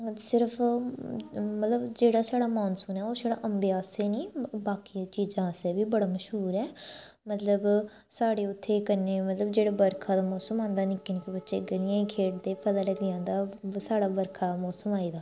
सिर्फ मतलब जेह्ड़ा साढ़ा मानसून ऐ ओह् सिर्फ अम्बे आसें नी बाकी चीजें आसें बी बड़ा मश्हूर ऐ मतलब साढ़े उत्थें कन्नै मतलब जेल्लै बरखा दा मौसम होंदा निक्के निक्के बच्चे गलियें खेढदे पता लगी जंदा साढ़ै बरखा दा मौसम आई गेदा